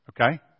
Okay